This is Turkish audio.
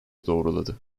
doğruladı